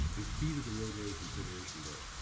the speed of the roadway a consideration at all?